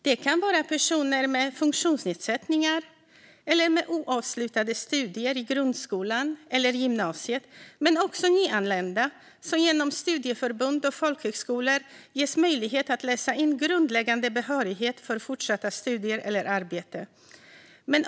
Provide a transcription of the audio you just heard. Det kan vara personer med funktionsnedsättningar eller med oavslutade studier i grundskolan eller gymnasiet men också nyanlända som genom studieförbund och folkhögskolor ges möjlighet att läsa in grundläggande behörighet för fortsatta studier eller arbete.